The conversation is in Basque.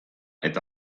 eta